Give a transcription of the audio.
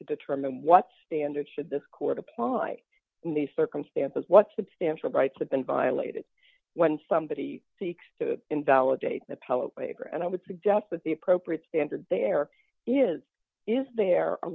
to determine what standards should this court apply in these circumstances what substantial rights have been violated when somebody seeks to invalidate the power and i would suggest that the appropriate standard there is is there a